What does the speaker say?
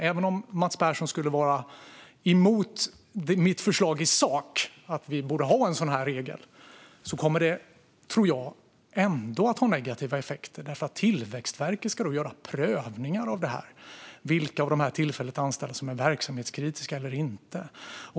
Även om Mats Persson skulle vara mot mitt förslag i sak tror jag att den här regeln kommer att få negativa effekter eftersom Tillväxtverket då ska göra prövningar av vilka tillfälligt anställda som är verksamhetskritiska och inte.